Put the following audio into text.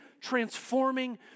transforming